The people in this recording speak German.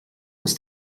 ist